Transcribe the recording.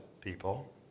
people